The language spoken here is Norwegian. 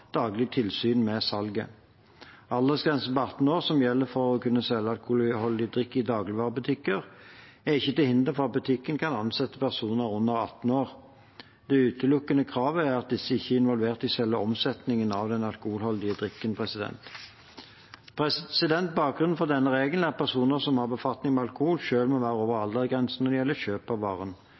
daglig tilsyn med salget. Aldersgrensen på 18 år som gjelder for å kunne selge alkoholholdig drikke i dagligvarebutikker, er ikke til hinder for at butikken kan ansette personer under 18 år. Det utelukkende kravet er at disse ikke er involvert i selve omsetningen av den alkoholholdige drikken. Bakgrunnen for denne regelen er at personer som har befatning med alkohol, selv må være over aldersgrensen når det gjelder kjøp av varen.